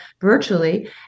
virtually